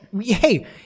Hey